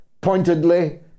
pointedly